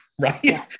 right